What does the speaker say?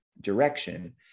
direction